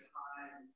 time